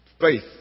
faith